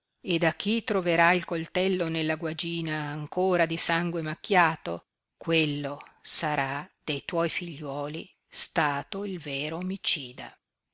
ed a chi troverai il coltello nella guagina ancora di sangue macchiato quello sarà de tuoi figliuoli stato il vero omicida